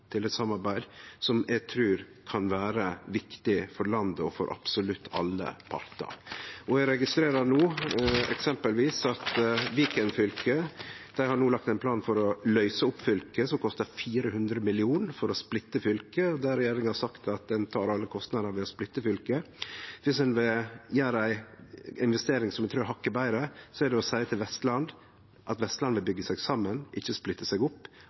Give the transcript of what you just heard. til eit samarbeid som eg trur kan vere viktig for landet og for absolutt alle partar. Eg registrerer eksempelvis at Viken fylke no har lagt ein plan for å løyse opp fylket, og at det kostar 400 mill. kr å splitte fylket. Regjeringa har sagt at ho tek alle kostnadar ved å splitte fylket. Om ein vil gjere ei investering som eg trur er hakket betre, er det å seie til Vestland at Vestland bør byggje seg saman, ikkje splitte seg opp,